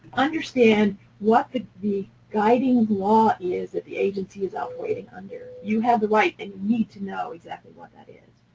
understand what the the guiding law is that the agency is operating under. you have the right and need to know exactly what that is.